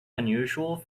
unusual